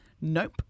Nope